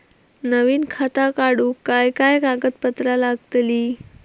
नवीन खाता काढूक काय काय कागदपत्रा लागतली?